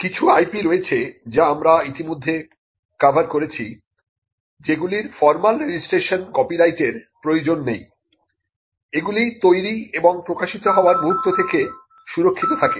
কিছু IP রয়েছে যা আমরা ইতিমধ্যে কভার করেছিযে গুলির ফর্মাল রেজিস্ট্রেশন কপিরাইটের প্রয়োজন নেই এগুলি তৈরি এবং প্রকাশিত হওয়ার মুহূর্ত থেকে সুরক্ষিত থাকে